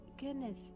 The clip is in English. Goodness